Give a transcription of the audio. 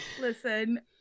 Listen